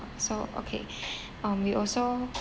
so okay um we also